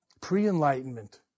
pre-enlightenment